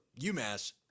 UMass